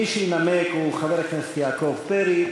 מי שינמק הוא חבר הכנסת יעקב פרי.